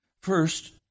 First